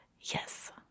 yes